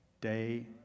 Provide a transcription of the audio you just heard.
Day